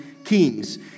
Kings